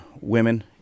women